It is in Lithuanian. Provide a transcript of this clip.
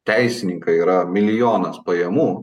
teisininkai yra milijonas pajamų